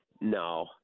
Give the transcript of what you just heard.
No